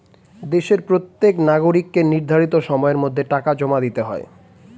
দেশের প্রত্যেক নাগরিককে নির্ধারিত সময়ের মধ্যে টাকা জমা দিতে হয়